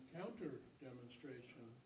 counter-demonstration